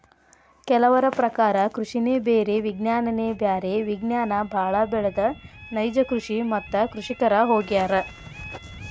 ಕೆಲವರ ಪ್ರಕಾರ ಕೃಷಿನೆ ಬೇರೆ ವಿಜ್ಞಾನನೆ ಬ್ಯಾರೆ ವಿಜ್ಞಾನ ಬಾಳ ಬೆಳದ ನೈಜ ಕೃಷಿ ಮತ್ತ ಕೃಷಿಕರ ಹೊಗ್ಯಾರ